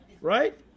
Right